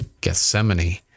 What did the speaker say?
Gethsemane